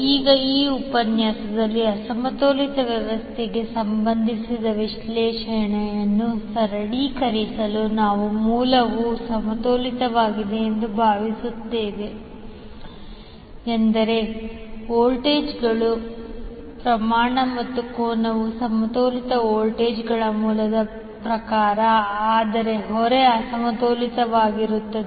ಈಗ ಈ ಉಪನ್ಯಾಸದಲ್ಲಿ ಅಸಮತೋಲಿತ ವ್ಯವಸ್ಥೆಗೆ ಸಂಬಂಧಿಸಿದ ವಿಶ್ಲೇಷಣೆಯನ್ನು ಸರಳೀಕರಿಸಲು ನಾವು ಮೂಲವು ಸಮತೋಲಿತವಾಗಿದೆ ಎಂದು ಭಾವಿಸುತ್ತೇವೆ ಎಂದರೆ ವೋಲ್ಟೇಜ್ಗಳು ಪ್ರಮಾಣ ಮತ್ತು ಕೋನವು ಸಮತೋಲಿತ ವೋಲ್ಟೇಜ್ ಮೂಲದ ಪ್ರಕಾರ ಆದರೆ ಹೊರೆ ಅಸಮತೋಲಿತವಾಗಿರುತ್ತದೆ